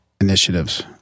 initiatives